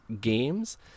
Games